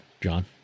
john